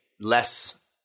less